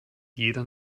jeder